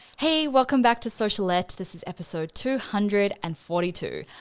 hey, welcome back to socialette. this is episode two hundred and forty two.